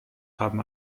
haben